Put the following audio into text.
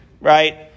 right